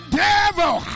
devil